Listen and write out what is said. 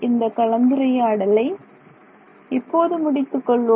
இந்த கலந்துரையாடலை இப்போது முடித்துக் கொள்வோம்